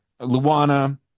Luana